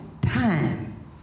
time